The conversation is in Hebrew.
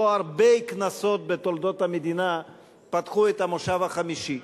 לא הרבה כנסות בתולדות המדינה פתחו את המושב החמישי.